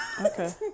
okay